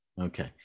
Okay